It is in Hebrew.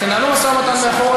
תנהלו משא-ומתן מאחור,